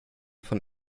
von